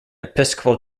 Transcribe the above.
episcopal